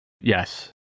Yes